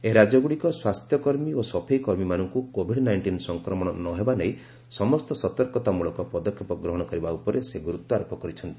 ଏହି ରାଜ୍ୟଗୁଡ଼ିକ ସ୍ପାସ୍ଥ୍ୟ କର୍ମୀ ଓ ସଫେଇ କର୍ମୀମାନଙ୍କୁ କୋଭିଡ୍ ନାଇଣ୍ଟିନ୍ ସଂକ୍ରମଣ ନ ହେବା ନେଇ ସମସ୍ତ ସତର୍କତା ମୂଳକ ପଦକ୍ଷେପ ଗ୍ରହଣ କରିବା ଉପରେ ସେ ଗୁରୁତ୍ୱାରୋପ କରିଛନ୍ତି